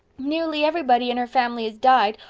nearly everybody in her family has died.